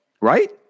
Right